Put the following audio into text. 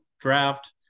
draft